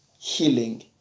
healing